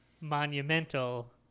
monumental